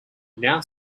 now